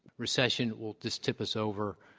recession will just tip us over.